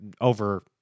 over